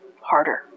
harder